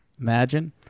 Imagine